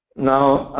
now,